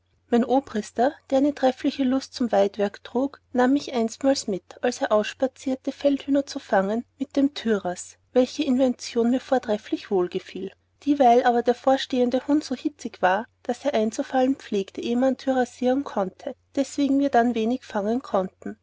mein obrister der eine treffliche lust zum weidwerk trug nahm mich einsmals mit als er ausspazierte feldhühner zu fangen mit dem tyras welche invention mir trefflich wohlgefiel dieweil aber der vorstehende hund so hitzig war daß er einzufallen pflegte ehe man tyrassieren konnte deswegen wir dann wenig fangen konnten